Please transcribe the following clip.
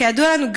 כידוע לנו,